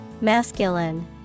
Masculine